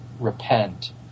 repent